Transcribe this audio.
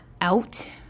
out